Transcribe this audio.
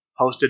hosted